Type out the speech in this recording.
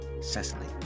Cecily